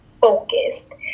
focused